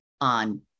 on